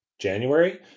January